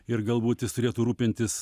ir galbūt jis turėtų rūpintis